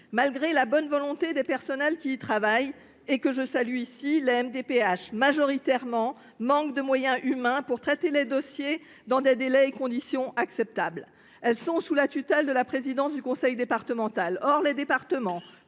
Malgré la bonne volonté des personnels qui y travaillent, et que je salue, les MDPH manquent majoritairement de moyens humains pour traiter les dossiers dans des délais et conditions acceptables. Elles sont sous la tutelle de la présidence du conseil départemental. Or les départements,